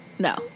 No